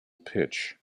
pitch